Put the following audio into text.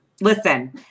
listen